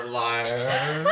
liar